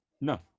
no